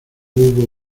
hubo